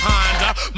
Honda